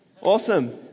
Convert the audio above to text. Awesome